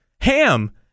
ham